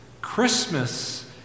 Christmas